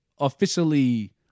officially